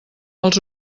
els